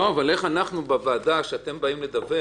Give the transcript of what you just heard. אבל איך אנחנו בוועדה כשאתם באים לדווח,